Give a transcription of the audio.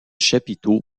chapiteaux